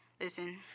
listen